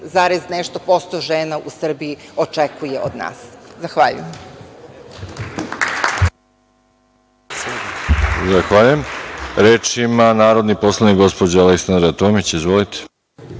51 i nešto % žena u Srbiji očekuje od nas. Zahvaljujem.